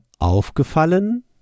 aufgefallen